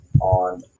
On